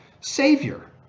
savior